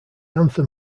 anthem